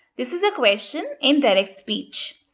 this is a question in direct speech.